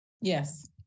Yes